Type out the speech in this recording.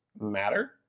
matter